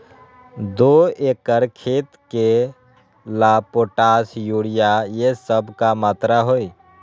दो एकर खेत के ला पोटाश, यूरिया ये सब का मात्रा होई?